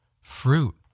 fruit